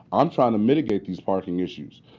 i'm trying to mitigate these parking issues.